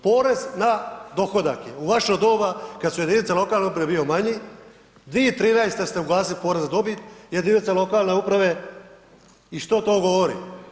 Porez na dohodak je u vaše doba kad su jedinice lokalne uprave bio manji, 2013. ste ugasili porez na dobit, jedinice lokalne uprave i što to govori?